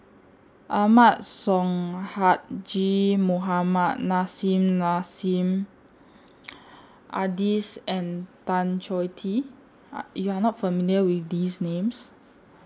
Ahmad Sonhadji Mohamad Nissim Nassim Adis and Tan Choh Tee YOU Are not familiar with These Names